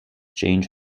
change